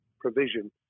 provision